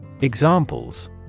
Examples